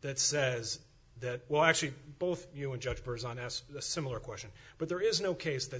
that says that well actually both you and judge person asked a similar question but there is no case that